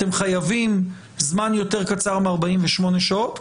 אתם חייבים זמן יותר קצר מ-48 שעות כאמור,